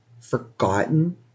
forgotten